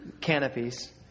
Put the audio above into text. canopies